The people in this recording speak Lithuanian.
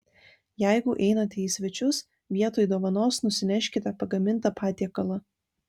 jeigu einate į svečius vietoj dovanos nusineškite pagamintą patiekalą